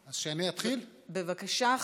שחאדה, בבקשה.